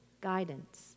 guidance